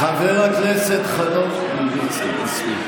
חבר הכנסת חנוך מלביצקי, מספיק.